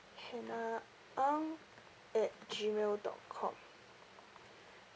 hannah ang at gmail dot com